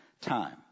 time